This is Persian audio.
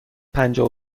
پجاه